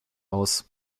aus